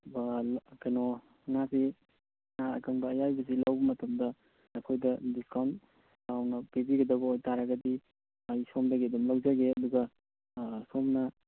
ꯀꯩꯅꯣ ꯉꯥꯁꯦ ꯉꯥ ꯑꯀꯪꯕ ꯑꯌꯥꯏꯕꯁꯦ ꯂꯧꯕ ꯃꯇꯝꯗ ꯑꯩꯈꯣꯏꯗ ꯗꯤꯁꯀꯥꯎꯟ ꯆꯥꯎꯅ ꯄꯤꯕꯤꯒꯗꯕ ꯑꯣꯏ ꯇꯥꯔꯒꯗꯤ ꯑꯩ ꯁꯣꯝꯗꯒꯤ ꯑꯗꯨꯝ ꯂꯧꯖꯒꯦ ꯑꯗꯨꯒ ꯁꯣꯝꯅ